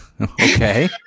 Okay